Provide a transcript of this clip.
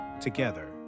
together